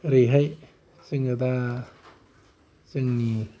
ओरै हाय जोङो दा जोंनि